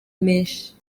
menshi